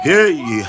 Hey